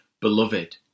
beloved